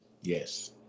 Yes